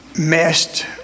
messed